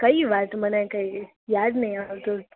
કઈ વાત મને કઈ યાદ નઇ આવતું